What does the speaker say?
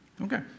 Okay